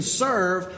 serve